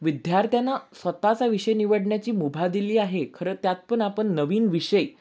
विद्यार्थ्यांना स्वत चा विषय निवडण्याची मुभा दिली आहे खरं त्यात पण आपण नवीन विषय